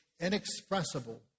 inexpressible